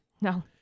No